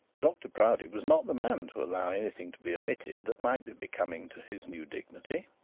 dr proudie was not the man to allow anything to be omitted that might be becoming to his new dignity.